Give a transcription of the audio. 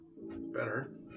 Better